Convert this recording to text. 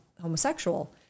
homosexual